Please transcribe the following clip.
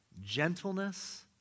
Gentleness